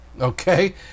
okay